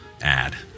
ad